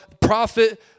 prophet